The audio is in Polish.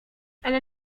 ale